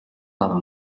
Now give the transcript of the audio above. байгаа